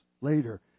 later